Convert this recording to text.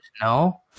No